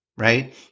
right